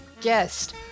guest